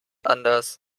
anders